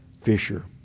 fisher